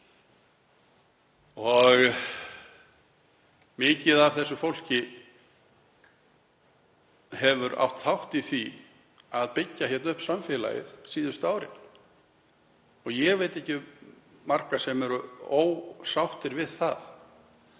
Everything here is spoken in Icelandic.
og mikið af því fólki hefur átt þátt í að byggja upp samfélagið síðustu árin. Ég veit ekki um marga sem eru ósáttir við það